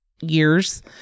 years